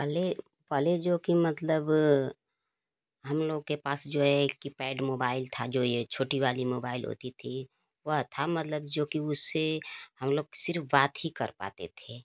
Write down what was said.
पहले पहले जो कि मतलब हम लोग के पास जो है कीपैड मोबाइल था जो ये छोटी वाली मोबाइल होती थी वह था मतलब जो कि उससे हम लोग सिर्फ बात ही कर पाते थे